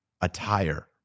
attire